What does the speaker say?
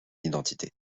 identité